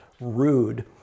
rude